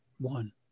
one